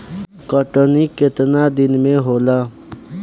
कटनी केतना दिन में होला?